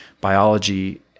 biology